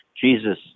Jesus